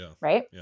right